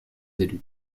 élu